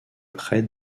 près